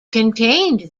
contained